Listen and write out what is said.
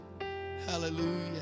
hallelujah